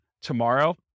tomorrow